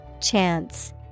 Chance